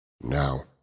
Now